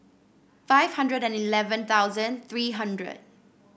five hundred and eleven thousand three hundred